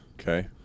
Okay